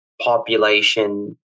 population